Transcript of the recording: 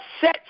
set